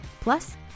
Plus